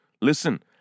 Listen